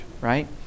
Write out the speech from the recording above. right